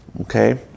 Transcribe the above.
Okay